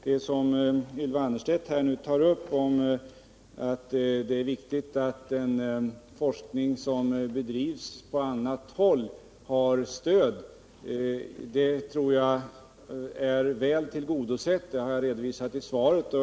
Jag tror att det krav som Ylva Annerstedt nu ställer — att den forskning som bedrivs på annat håll skall ha stöd — är väl tillgodosett. Det har jag redovisat i svaret.